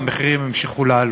והמחירים המשיכו לעלות.